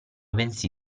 bensì